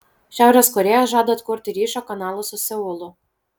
šiaurės korėja žada atkurti ryšio kanalą su seulu